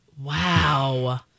Wow